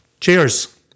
Cheers